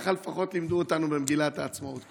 ככה לפחות לימדו אותנו במגילת העצמאות,